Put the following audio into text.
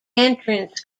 entrance